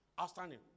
Outstanding